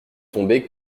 tombée